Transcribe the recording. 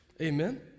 Amen